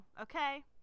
Okay